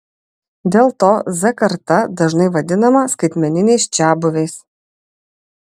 dėl to z karta dažnai vadinama skaitmeniniais čiabuviais